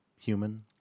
Human